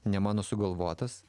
ne mano sugalvotas